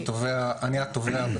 אני התובע בתיק,